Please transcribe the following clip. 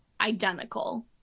identical